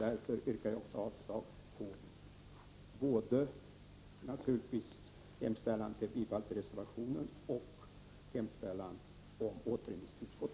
Därför yrkar också jag avslag på hemställan om bifall till reservationen och hemställan om återremiss till utskottet.